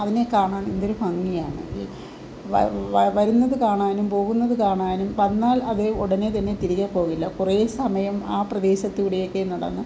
അതിനെ കാണാൻ എന്തൊരു ഭംഗിയാണല്ലേ വാ വരുന്നത് കാണാനും പോകുന്നത് കാണാനും വന്നാൽ അത് ഉടനെ തന്നെ തിരികെ പോകില്ല കുറെ സമയം ആ പ്രദേശത്ത് കൂടെയോക്കെ നടന്ന്